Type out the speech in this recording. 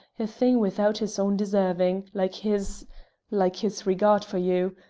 a thing without his own deserving, like his like his regard for you,